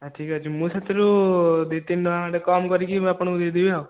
ହଁ ଠିକ୍ ଅଛି ମୁଁ ସେଥିରୁ ଦିଇ ତିନି ଟଙ୍କା ଖଣ୍ଡେ କମ୍ କରିକି ମୁଁ ଆପଣଙ୍କୁ ଦେଇଦେବି ଆଉ